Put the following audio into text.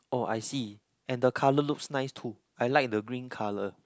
oh I see and the colour looks nice too I like the green colour